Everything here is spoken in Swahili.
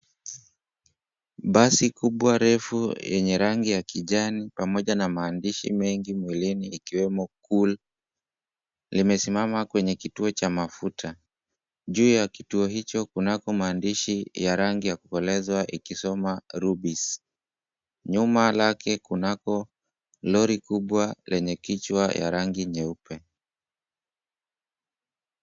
Basi kubwa refu yenye rangi ya kijani pamoja na maandishi mengi mwilini ikiwemo, Cool limesimama kwenye kituo cha mafuta. Juu ya kituo hicho kunako maandishi ya rangi ya kukoleza ikisoma, Rubis. Nyuma lake kunako lori kubwa lenye kichwa ya rangi nyeupe.